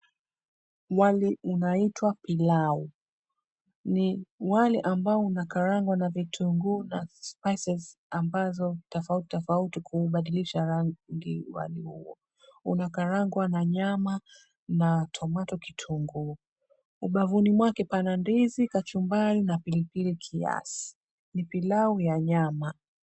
Wali unaitwa pilau. Ni wali ambao unakarangwa na vitunguu na spices ambazo tofauti tofauti kuubadilisha rangi wali huo. Unakarangwa na nyama na tomato kitungu. Ubavuni mwake pana ndizi, kachumbari na pilipili kiasi. Ni pilau ya nyama.